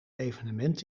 evenement